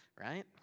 right